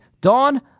Dawn